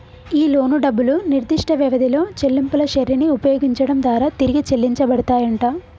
ఈ లోను డబ్బులు నిర్దిష్ట వ్యవధిలో చెల్లింపుల శ్రెరిని ఉపయోగించడం దారా తిరిగి చెల్లించబడతాయంట